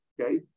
okay